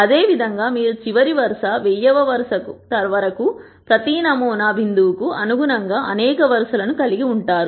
అదే విధంగా మీరు చివరి వరుస 1000 వ వరుస వరకు ప్రతి నమూనా బిందువు కు అనుగుణంగా అనేక వరుసలను కలిగి ఉంటారు